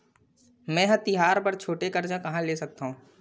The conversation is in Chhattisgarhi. मेंहा तिहार बर छोटे कर्जा कहाँ ले सकथव?